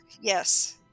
Yes